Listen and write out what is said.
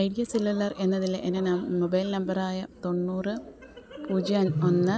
idea Cellular എന്നതിലെ എൻ്റെ mobile നമ്പറായ തൊണ്ണൂറ് പൂജ്യം ഒന്ന്